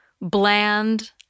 bland